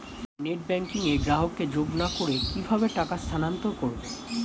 Net banking এ গ্রাহককে যোগ না করে কিভাবে টাকা স্থানান্তর করব?